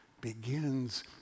begins